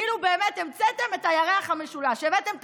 כאילו באמת המצאתם את הירח המשולש, הבאתם תקציב,